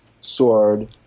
sword